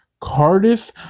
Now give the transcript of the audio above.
Cardiff